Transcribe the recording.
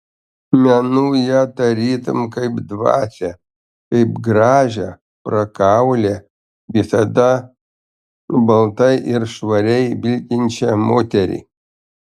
menu ją tarytum kaip dvasią kaip gražią prakaulią visada baltai ir švariai vilkinčią moterį